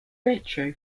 retro